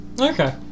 Okay